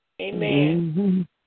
Amen